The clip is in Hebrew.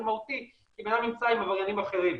מהותי כי בן אדם נמצא עם עבריינים אחרים.